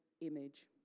image